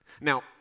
Now